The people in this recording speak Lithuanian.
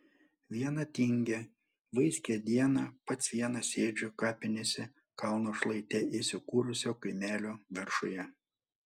vieną tingią vaiskią dieną pats vienas sėdžiu kapinėse kalno šlaite įsikūrusio kaimelio viršuje